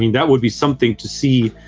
that would be something to see,